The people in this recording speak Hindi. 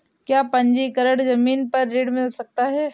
क्या पंजीकरण ज़मीन पर ऋण मिल सकता है?